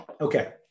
Okay